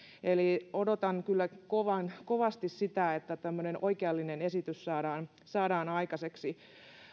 eli odotan kyllä kovan kovasti sitä että tämmönen oikeallinen esitys saadaan saadaan aikaiseksi